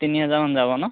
তিনি হাজাৰমান যাব ন